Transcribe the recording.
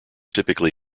typically